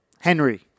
Henry